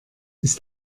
ist